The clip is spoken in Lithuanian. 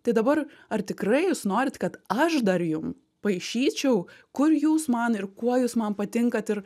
tai dabar ar tikrai jūs norit kad aš dar jum paišyčiau kur jūs man ir kuo jūs man patinkat ir